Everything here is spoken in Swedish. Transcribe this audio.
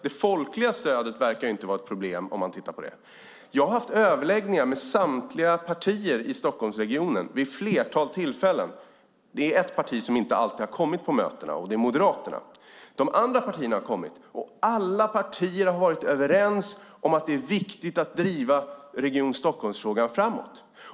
Det folkliga stödet verkar alltså inte vara något problem. Jag har haft överläggningar med samtliga partier i Stockholmsregionen vid ett flertal tillfällen. Det finns ett parti som inte alltid har kommit på mötena. Det är Moderaterna. De andra partierna har kommit. Alla partier har varit överens om att det är viktigt att driva frågan om Region Stockholm framåt.